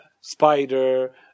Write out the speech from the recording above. spider